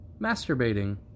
masturbating